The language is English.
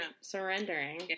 Surrendering